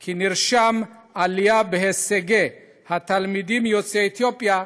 כי נרשמה עלייה בהישגי התלמידים יוצאי אתיופיה,